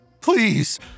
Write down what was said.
Please